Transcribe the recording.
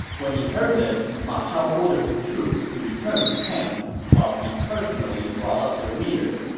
when he heard this, ma chao ordered his troops to return to camp while he personally brought up the rear,